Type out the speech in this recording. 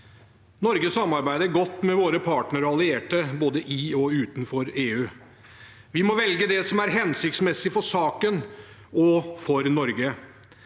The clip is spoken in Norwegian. Norge samarbeider godt med våre partnere og allierte både i og utenfor EU. Vi må velge det som er hensiktsmessig for saken og for Norge.